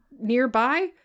nearby